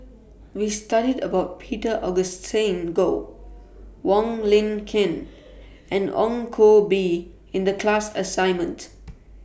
We studied about Peter Augustine Goh Wong Lin Ken and Ong Koh Bee in The class assignment